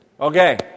Okay